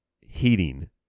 heating